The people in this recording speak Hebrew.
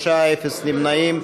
43, אפס נמנעים.